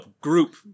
group